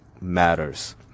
matters